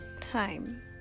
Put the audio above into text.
time